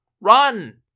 Run